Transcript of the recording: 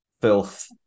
Filth